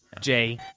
Jay